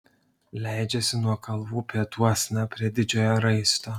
leidžiasi nuo kalvų pietuosna prie didžiojo raisto